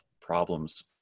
problems